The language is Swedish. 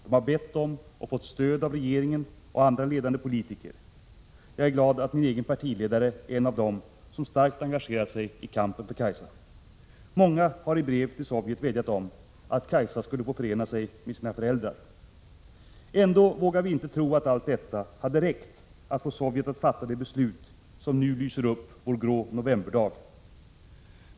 De har bett om och fått stöd av regeringen och andra ledande politiker. Jag är glad att min egen partiledare är en av dem som starkt engagerat sig i kampen för Kaisa. Många har i brev till Sovjet vädjat om att Kaisa skulle få förena sig med sina föräldrar, Ändå vågar vi inte tro att ens allt detta hade räckt för att få Sovjet att fatta det beslut som nu lyser upp vår grå novemberdag.